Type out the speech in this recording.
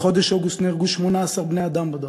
בחודש אוגוסט נהרגו 18 בני-אדם בדרכים,